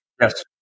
Yes